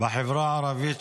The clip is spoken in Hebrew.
בחברה הערבית,